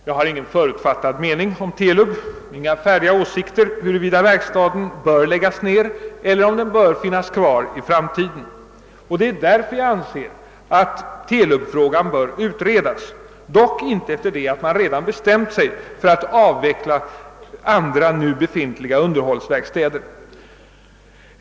Jag har ingen förutfattad mening om TELUB, inga färdiga åsikter om huruvida verkstaden bör läggas ned eller finnas kvar i framtiden. Det är därför jag anser att TELUB-frågan bör utredas, dock inte efter det att man redan bestämt sig för att avveckla andra nu befintliga underhållsverkstäder.